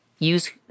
Use